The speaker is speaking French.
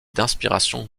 d’inspiration